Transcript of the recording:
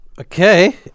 Okay